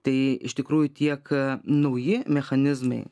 tai iš tikrųjų tiek nauji mechanizmai